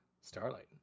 starlight